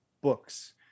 books